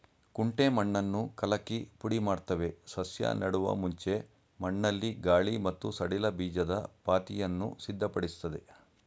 ಕುಂಟೆ ಮಣ್ಣನ್ನು ಕಲಕಿ ಪುಡಿಮಾಡ್ತವೆ ಸಸ್ಯ ನೆಡುವ ಮುಂಚೆ ಮಣ್ಣಲ್ಲಿ ಗಾಳಿ ಮತ್ತು ಸಡಿಲ ಬೀಜದ ಪಾತಿಯನ್ನು ಸಿದ್ಧಪಡಿಸ್ತದೆ